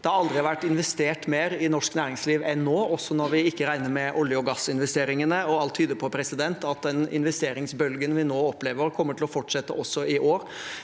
Det har aldri vært investert mer i norsk næringsliv enn nå, også når vi ikke regner med olje- og gassinvesteringene. Alt tyder på at den investeringsbølgen vi nå opplever, kommer til å fortsette også